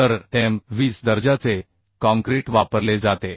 तरM 20 दर्जाचे काँक्रीट वापरले जाते